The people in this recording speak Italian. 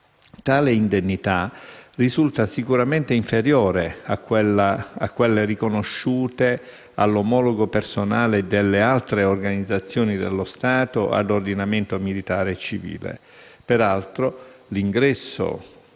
Tale indennità risulta sicuramente inferiore a quelle riconosciute all'omologo personale delle altre organizzazioni dello Stato a ordinamento militare e civile. Peraltro, l'ingresso